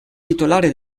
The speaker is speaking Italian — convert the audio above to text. titolare